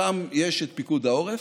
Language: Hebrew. שם יש את פיקוד העורף,